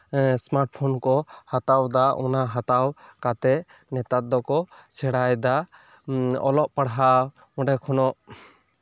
ᱦᱮᱸ smart phone ᱠᱚ ᱦᱟᱛᱟᱣ ᱫᱟ ᱚᱱᱟ ᱦᱟᱛᱟᱣ ᱠᱟᱛᱮᱫ ᱱᱮᱛᱟᱨ ᱫᱚᱠᱚ ᱥᱮᱲᱟᱭᱮᱫᱟ ᱚᱞᱚᱜ ᱯᱟᱲᱦᱟᱣ ᱚᱸᱰᱮ ᱠᱷᱚᱱᱟᱜ